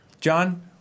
John